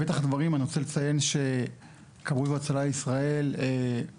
בפתח דברים אני רוצה לציין שכבאות והצלה ישראל לוקחת